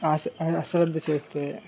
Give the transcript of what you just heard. ఆశ అశ్రద్ధ చేస్తే